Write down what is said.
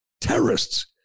terrorists